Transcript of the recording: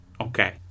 Okay